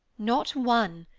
not one.